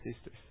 sisters